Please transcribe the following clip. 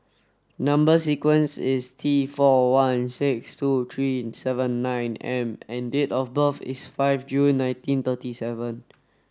number sequence is T four one six two three seven nine M and date of birth is five June nineteen thirty seven